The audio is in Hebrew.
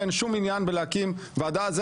ואין שום עניין בלהקים ועדה.